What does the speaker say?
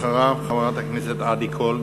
אחריו, חברת הכנסת עדי קול.